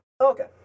Okay